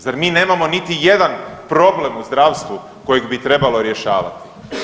Zar mi nemamo niti jedan problem u zdravstvu kojeg bi trebalo rješavati?